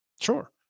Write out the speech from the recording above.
Sure